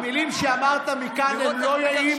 המילים שאמרת מכאן הן לא יאות,